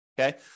okay